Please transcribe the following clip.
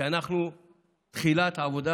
כשאנחנו בתחילת העבודה